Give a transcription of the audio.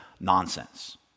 nonsense